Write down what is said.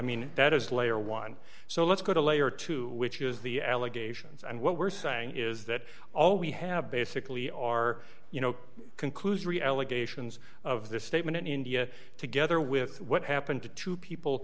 mean that is layer one so let's go to layer two which is the allegations and what we're saying is that all we have basically are you know conclusory allegations of this statement in india together with what happened to two people